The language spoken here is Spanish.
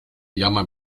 llama